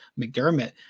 McDermott